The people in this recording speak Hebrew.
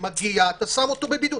שמגיע, אתה שם אותו בבידוד.